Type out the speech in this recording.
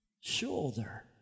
Shoulder